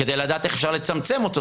כדי לדעת איך אפשר לצמצם אותו.